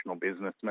businessman